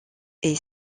est